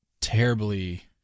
terribly